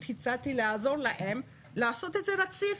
הצעתי לעזור להם לעשות את זה רציף,